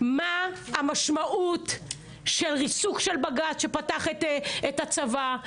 מה המשמעות של ריסוק של בג"צ שפתח את הצבא,